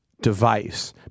device